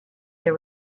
her